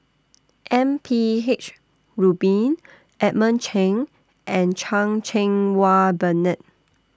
M P H Rubin Edmund Cheng and Chan Cheng Wah Bernard